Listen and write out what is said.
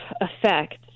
effect